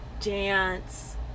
dance